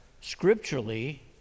scripturally